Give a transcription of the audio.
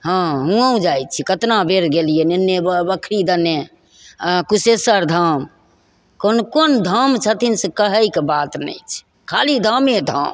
हाँ हुओँ जाइ छी कतना बेर गेलिए लेने बखरी देने आओर कुसेसर धाम कोन कोन धाम छथिन से कहैके बात नहि छै खाली धामे धाम